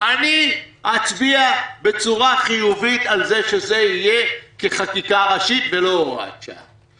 אני אצביע בצורה חיובית על זה שזה יהיה כחקיקה ראשית ולא הוראת שעה.